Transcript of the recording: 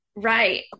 Right